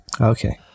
okay